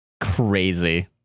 Crazy